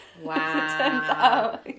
Wow